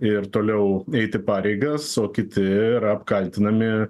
ir toliau eiti pareigas o kiti yra apkaltinami